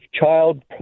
child